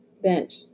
bench